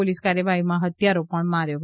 police કાર્યવાહીમાં હત્યારો પણ માર્યો છે